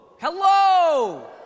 hello